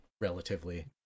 relatively